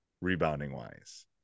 rebounding-wise